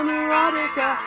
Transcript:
Neurotica